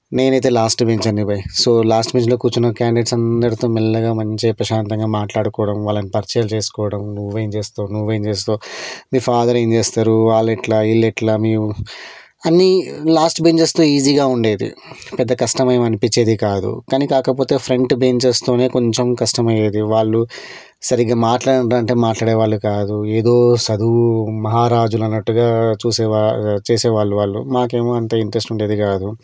నేను అయితే last bench అండి బాయ్ సో లాస్ట్ బెంచ్లో కూర్చున్న క్యాండిడేట్స్ అందరితో మెల్లగా మంచిగా ప్రశాంతంగా మాట్లాడుకోవడం వాళ్ళని పరిచయాలు చేసుకోవడం నువ్వేం చేస్తావు నువ్వేమి చేస్తావు మీ ఫాదర్ ఏం చేస్తారు వాళ్ళు ఎట్లా వీళ్ళు ఎట్లా మీవు అనీ లాస్ట్ బెంచెర్స్తో ఈజీగా ఉండేది పెద్ద కష్టమేమి అనిపించేది కాదు కానీ కాకపోతే ఫ్రంట్ బెంచెర్స్తోనే కొంచెం కష్టం అయ్యేది వాళ్ళు సరిగా మాట్లాడండిరా అంటే మాట్లాడేవాళ్ళు కాదు ఏదో చదువు మహారాజులు అన్నట్టుగా చూసే వా చేసేవాళ్ళు వాళ్ళు మాకు ఏమో అంత ఇంట్రెస్ట్ ఉండేది కాదు